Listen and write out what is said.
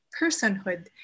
personhood